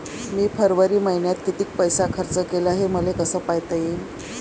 मी फरवरी मईन्यात कितीक पैसा खर्च केला, हे मले कसे पायता येईल?